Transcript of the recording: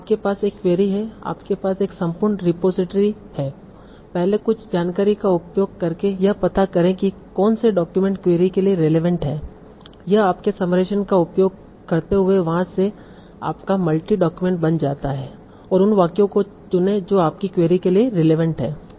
तो आपके पास एक क्वेरी है आपके पास एक संपूर्ण रिपॉजिटरी है पहले कुछ जानकारी का उपयोग करके यह पता करें कि कौन से डॉक्यूमेंट क्वेरी के लिए रिलेवेंट हैं यह आपके समराइजेशन का उपयोग करते हुए वहाँ से आपका मल्टी डॉक्यूमेंट बन जाता है और उन वाक्यों को चुनें जो आपकी क्वेरी के लिए रिलेवेंट हैं